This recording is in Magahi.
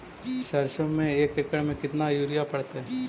सरसों में एक एकड़ मे केतना युरिया पड़तै?